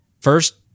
First